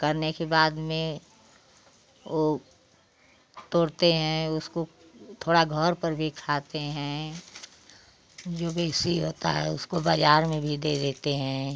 करने के बाद में वो तोड़ते हैं उसको थोड़ा घर पर भी खाते हैं जो बी सी होता है उसको बाज़ार में भी दे देते हैं